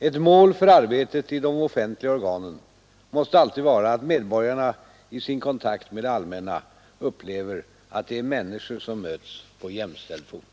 Ett mål för arbetet i de offentliga organen måste alltid vara att medborgarna i sin kontakt med det ”allmänna” upplever att det är människor som möts på jämställd fot.